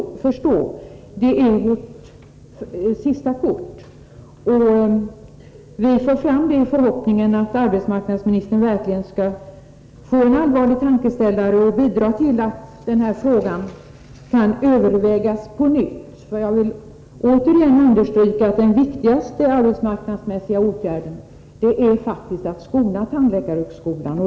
Det är så att säga fråga om ett sista kort, och vi lägger fram det i förhoppningen att arbetsmarknadsministern verkligen skall få en allvarlig tankeställare och bidra till att den här frågan övervägs på nytt. Jag vill återigen understryka att den viktigaste arbetsmarknadsmässiga åtgärden faktiskt är att skona tandläkarhögskolan.